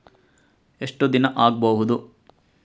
ಎಷ್ಟು ದಿನ ಆಗ್ಬಹುದು?